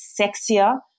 sexier